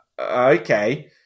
okay